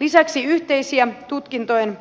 lisäksi yhteisiä tutkintojen